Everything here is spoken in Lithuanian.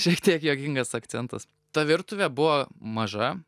šiek tiek juokingas akcentas ta virtuvė buvo maža